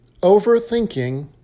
Overthinking